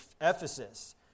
Ephesus